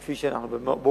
כפי שאנחנו גרים,